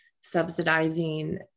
subsidizing